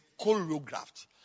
choreographed